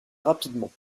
rapidement